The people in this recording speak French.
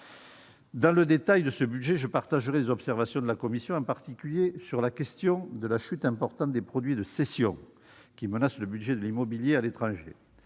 Dans le détail de ce budget, je partagerai les observations de la commission, en particulier sur la question de la chute importante des produits de cessions qui menace le budget de l'immobilier à l'étranger,